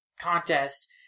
contest